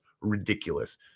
Ridiculous